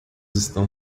estão